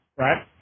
Right